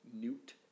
Newt